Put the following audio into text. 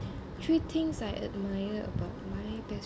three things I admire about my best